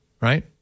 right